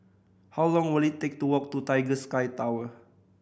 how long will it take to walk to Tiger Sky Tower